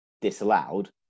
disallowed